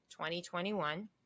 2021